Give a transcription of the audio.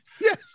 Yes